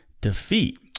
defeat